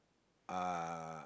uh